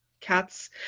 cats